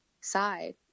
side